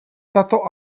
tato